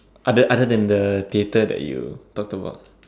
other other than the theatre that you talked about